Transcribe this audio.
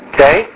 Okay